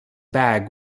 bag